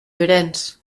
llorenç